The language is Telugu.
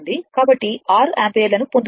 కాబట్టి 6 యాంపియర్లను పొందుతున్నారు